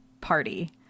party